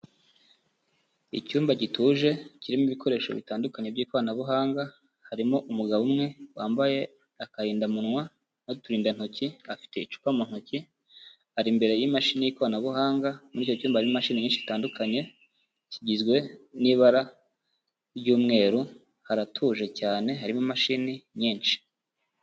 Icyumba gituje kirimo ibikoresho bitandukanye by'ikoranabuhanga, harimo umugabo umwe wambaye akarindamuwa n'uturindantoki, afite icupa mu ntoki, ari imbere y'imashini y'ikoranabuhanga, muri icyo cyumba hari imashini nyinshi zitandukanye, kigizwe n'ibara ry'umweru, haratuje cyane, harimo imashini nyinshi.